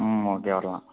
ம் ஓகே வரலாம்